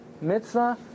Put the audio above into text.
Mitzvah